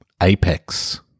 Apex